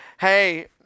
hey